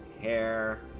hair